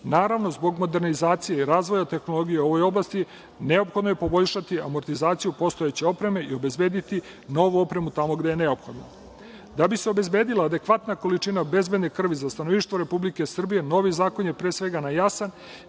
Naravno, zbog modernizacije i razvoja tehnologije u ovoj oblasti neophodno je poboljšati amortizaciju postojeće opreme i obezbediti novu opremu tamo gde je neophodna. Da bi se obezbedila adekvatna količina bezbedne krvi za stanovništvo Republike Srbije novi zakon je pre svega na jasan